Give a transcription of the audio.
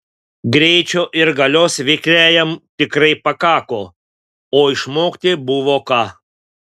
greičio ir galios vikriajam tikrai pakako o išmokti buvo ką